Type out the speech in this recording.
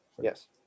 Yes